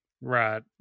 Right